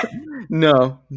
No